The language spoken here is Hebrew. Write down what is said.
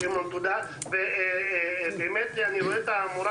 אני רואה את המורה